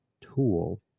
tool